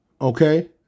Okay